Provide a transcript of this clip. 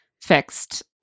fixed